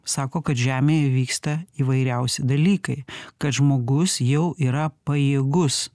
sako kad žemėje vyksta įvairiausi dalykai kad žmogus jau yra pajėgus